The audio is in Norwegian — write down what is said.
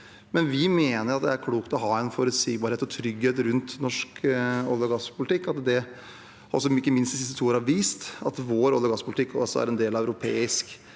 Vi mener at det er klokt å ha forutsigbarhet og trygghet rundt norsk olje- og gasspolitikk. Ikke minst har de siste to årene vist at vår olje- og gasspolitikk også er en del av europeisk